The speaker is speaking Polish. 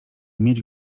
mieć